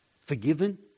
forgiven